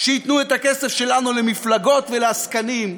שייתנו את הכסף שלנו למפלגות ולעסקנים,